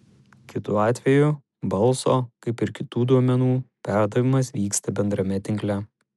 kitu atveju balso kaip ir kitų duomenų perdavimas vyksta bendrame tinkle